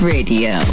Radio